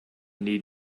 need